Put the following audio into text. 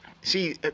see